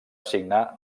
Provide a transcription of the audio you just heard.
signar